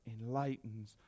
enlightens